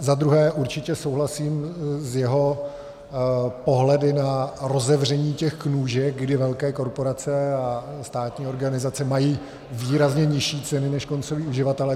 Za druhé určitě souhlasím s jeho pohledy na rozevření těch nůžek, kdy velké korporace a státní organizace mají výrazně nižší ceny než koncoví uživatelé.